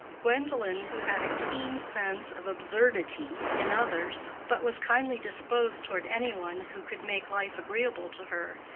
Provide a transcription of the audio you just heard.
gwendolen, who had a keen sense of absurdity in others, but was kindly disposed toward any one who could make life agreeable to her,